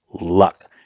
luck